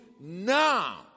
now